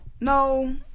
no